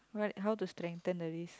what how to strengthen the wrist